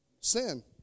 Sin